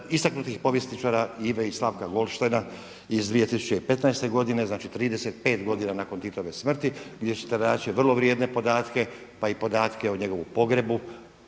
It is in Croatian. istaknutih povjesničara Ive i Slavka Goldsteina iz 2015. godine, znači 35 godina nakon Titove smrti gdje ćete naći vrlo vrijedne podatke, pa i podatke o njegovu pogrebu